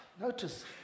Notice